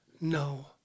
no